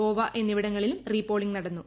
ഗോവ എന്നിവിടങ്ങളിലും re polling നടന്നു